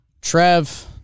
Trev